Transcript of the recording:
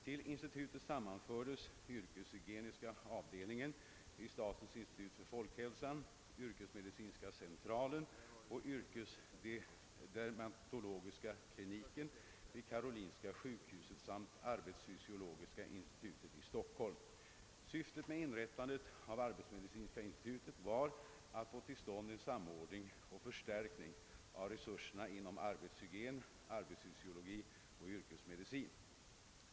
Till institutet sammanfördes yrkeshygieniska avdelningen vid statens institut för folkhälsan, yrkesmedicinska centralen och yrkesdermatologiska kliniken vid Karolinska sjukhuset samt arbetsfysiologiska institutet i Stockholm. Syftet med inrättandet av arbetsmedicinska institutet var att få till stånd en samordning och förstärkning av resurserna inom arbetshygien, arbetsfysiologi och yrkesmedicin.